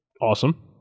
Awesome